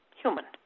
human